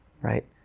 right